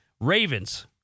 Ravens